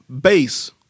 base